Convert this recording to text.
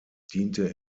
diente